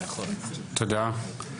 תודה.